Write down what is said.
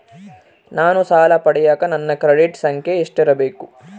ನಾನು ಸಾಲ ಪಡಿಯಕ ನನ್ನ ಕ್ರೆಡಿಟ್ ಸಂಖ್ಯೆ ಎಷ್ಟಿರಬೇಕು?